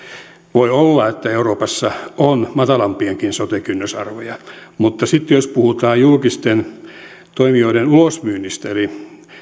voi olla että euroopassa on matalampiakin sote kynnysarvoja mutta sitten jos puhutaan julkisten toimijoiden ulosmyynnistä eli